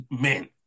men